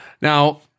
Now